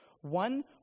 One